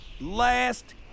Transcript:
last